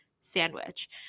sandwich